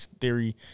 theory